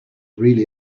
really